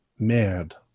mad